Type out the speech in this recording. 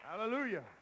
Hallelujah